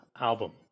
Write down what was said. album